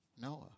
Noah